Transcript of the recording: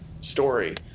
story